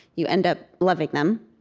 you end up loving them.